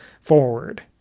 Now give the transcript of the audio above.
forward